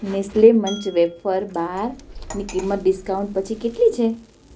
Nestle Munch wafer bar ની કિંમત discount પછી કેટલી છે